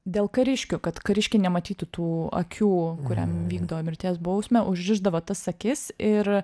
dėl kariškių kad kariškiai nematytų tų akių kuriam vykdo mirties bausmę užrišdavo tas akis ir